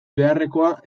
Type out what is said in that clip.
beharrekoa